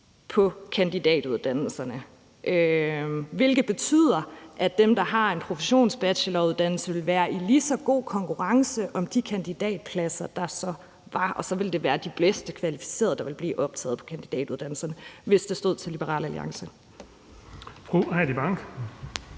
på kandidatuddannelserne, hvilket ville betyde, at dem, der havde en professionsbacheloruddannelse, ville være i lige så god konkurrence om de kandidatpladser, der så var, og så ville det være de bedst kvalificerede, der ville blive optaget på kandidatuddannelserne. Sådan ville det være, hvis det stod til Liberal Alliance. Kl. 18:13 Den